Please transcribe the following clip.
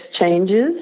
changes